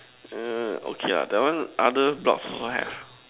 err okay lah that one other block also have